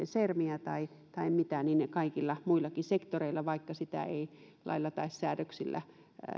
sermejä tai mitä kaikilla muillakin sektoreilla vaikka sitä ei lailla tai säädöksillä